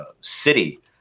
city